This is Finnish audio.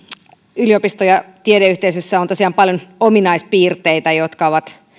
yliopisto ja tiedeyhteisössä on tosiaan paljon ominaispiirteitä jotka ovat